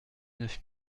neuf